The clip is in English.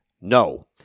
No